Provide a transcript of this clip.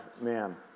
man